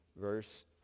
verse